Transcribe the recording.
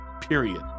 period